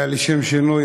לשם שינוי,